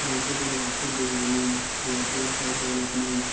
جیسے کہ graphic designing web website development